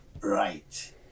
right